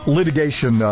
Litigation